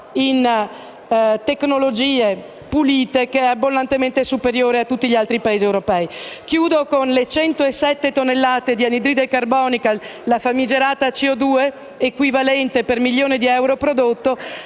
in tecnologie pulite abbondantemente superiore a tutti gli altri Paesi europei. Concludo con le 107 tonnellate di anidride carbonica, la famigerata CO2 equivalente per milione di euro prodotto.